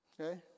Okay